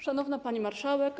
Szanowna Pani Marszałek!